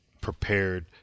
prepared